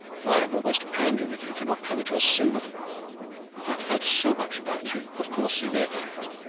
though i am almost angry with you for not coming to us sooner. i have heard so much about you of course you know that.